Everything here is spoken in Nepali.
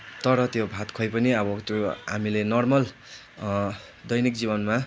तर त्यो भात खुवाइ पनि अब त्यो हामीले नर्मल दैनिक जीवनमा